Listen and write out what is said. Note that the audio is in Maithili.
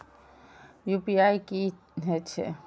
यू.पी.आई की हेछे?